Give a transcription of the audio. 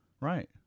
Right